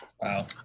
Wow